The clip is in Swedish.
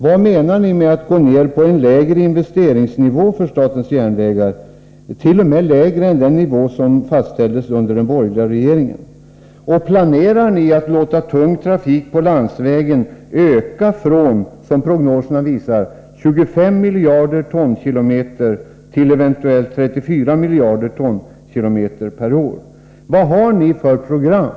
Vad menar ni med att gå ned på en lägre investeringsnivå för statens järnvägar —t.o.m. lägre än den nivå som fastställdes under den borgerliga regeringen? Planerar ni att låta tung trafik på landsvägen öka från 25 miljarder tonkilometer till, som prognosen visar, bortåt 34 miljarder tonkilometer per år? Vad har ni för program?